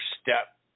step